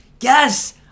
Yes